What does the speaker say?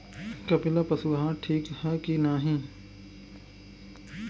कपिला पशु आहार ठीक ह कि नाही?